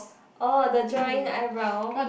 oh the drawing eyebrow